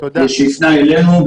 שהוא הפנה אלינו,